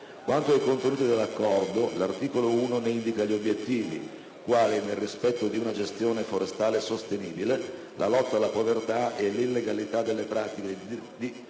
Quanto ai contenuti dell'Accordo, l'articolo 1 ne indica gli obiettivi, quali, nel rispetto di una gestione forestale sostenibile, la lotta alla povertà e all'illegalità delle pratiche di